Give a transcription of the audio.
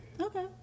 Okay